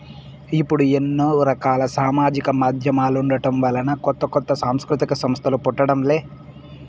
ఇప్పుడు ఎన్నో రకాల సామాజిక మాధ్యమాలుండటం వలన కొత్త కొత్త సాంస్కృతిక సంస్థలు పుట్టడం లే